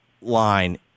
line